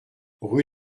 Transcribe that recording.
rue